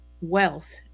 wealth